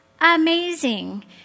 amazing